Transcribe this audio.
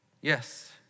Yes